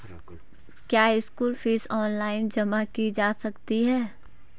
क्या school fees online जमा की जा सकती है?